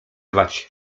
wać